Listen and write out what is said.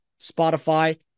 Spotify